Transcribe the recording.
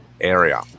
area